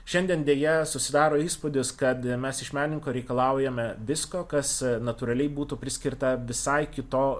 šiandien deja susidaro įspūdis kad mes iš menininko reikalaujame visko kas natūraliai būtų priskirta visai kito